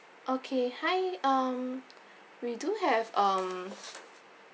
okay hi um we do have um